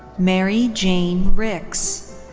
mary jane ricks.